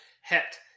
het